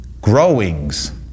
growings